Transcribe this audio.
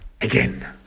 again